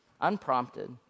unprompted